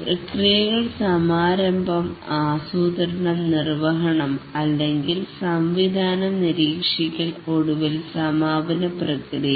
പ്രക്രിയകൾ സമാരംഭം ആസൂത്രണം നിർവഹണം അല്ലെങ്കിൽ സംവിധാനം നിരീക്ഷിക്കൽ ഒടുവിൽ സമാപന പ്രക്രിയകൾ